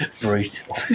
Brutal